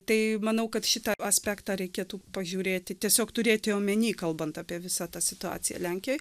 tai manau kad šitą aspektą reikėtų pažiūrėti tiesiog turėti omeny kalbant apie visą tą situaciją lenkijoj